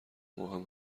ماهم